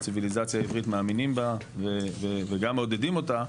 הציביליזציה העברית מאמינים בה וגם מעודדים אותה,